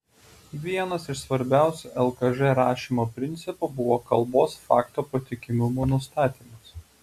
vienas iš svarbiausių lkž rašymo principų buvo kalbos fakto patikimumo nustatymas